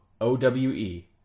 O-W-E